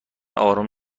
آروم